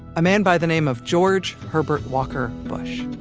a man by the name of. george herbert walker bush